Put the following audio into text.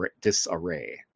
disarray